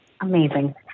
Amazing